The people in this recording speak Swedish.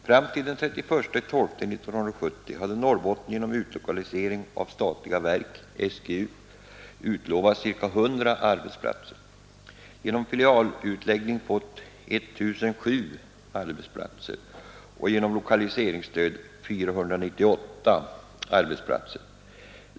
Fram till den 31 december 1970 hade Norrbotten genom utlokalisering av statliga verk — SGU — utlovats ca 100 arbetsplatser, genom filialutläggning fått 1 007 arbetsplatser och genom lokaliseringsstöd 498 arbetsplatser.